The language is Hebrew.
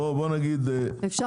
בבקשה.